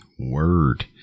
word